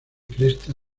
cresta